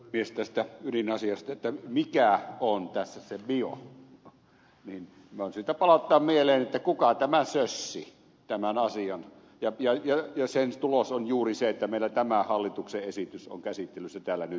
tästä ydinasiasta mikä on tässä se bio on syytä palauttaa mieleen kuka tämän asian sössi ja sen tulos on juuri se että meillä tämä hallituksen esitys on käsittelyssä täällä nyt